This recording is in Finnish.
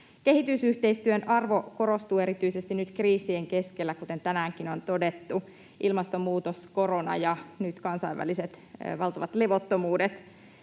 Kehitysyhteistyön arvo korostuu erityisesti nyt kriisien keskellä, kuten tänäänkin on todettu. Ilmastonmuutos, korona ja nyt kansainväliset valtavat levottomuudet